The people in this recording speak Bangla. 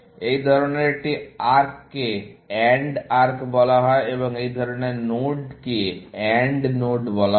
এই ধরনের একটি আর্ককে AND আর্ক বলা হয় এবং এই ধরনের নোডকে AND নোড বলা হয়